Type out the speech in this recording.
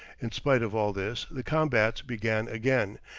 in spite of all this the combats began again,